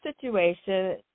situation